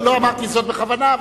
לא אמרתי זאת בכוונה,